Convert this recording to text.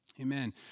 Amen